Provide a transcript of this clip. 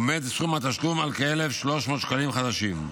עומד סכום התשלום על כ-1,300 שקלים חדשים.